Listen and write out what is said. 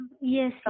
yes